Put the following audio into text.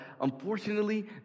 unfortunately